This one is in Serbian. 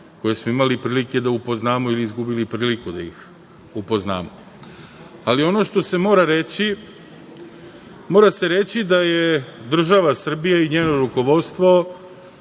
koje smo imali prilike da upoznamo ili izgubili priliku da ih upoznamo. Ali, ono što se mora reći, mora se reći da je država Srbija i njeno rukovodstvo